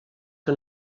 que